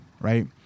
right